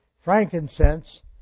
frankincense